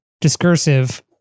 discursive